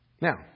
Now